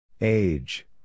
Age